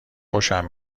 خوشم